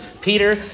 Peter